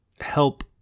help